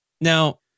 Now